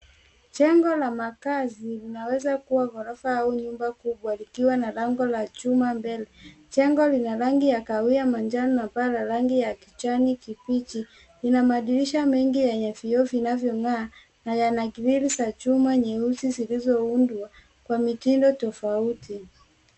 Jengo la maazi linaweza kuwa ghorofa au nyumba kubwa likiwa na lango la chuma mbele, Jengo lina rangi ya kahawia, manjano na paa la rangi ya kijani kibichi, lina madirisha mengi yenye vioo vinavyong'aa na yana grili za chuma nyusi zilizoundwa kwa mitindo tofauti.